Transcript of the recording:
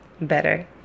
better